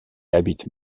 habite